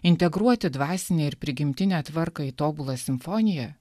integruoti dvasinę ir prigimtinę tvarką į tobulą simfoniją